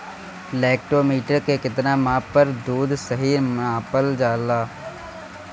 Lactometer के कितना माप पर दुध सही मानन जाला?